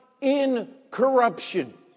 incorruption